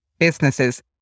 businesses